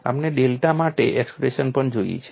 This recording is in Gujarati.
આપણે ડેલ્ટા માટેની એક્સપ્રેશન પણ જોઈ છે